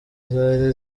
zari